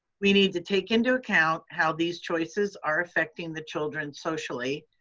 we need to take into account how these choices are affecting the children socially,